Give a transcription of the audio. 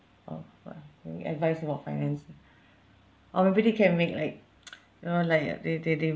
of uh any advise about finance or maybe they can make like you know like they they they